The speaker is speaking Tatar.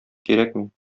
кирәкми